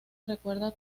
recuerda